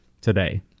today